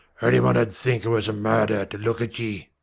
cher? any one ud think it was a murder, to look at ye.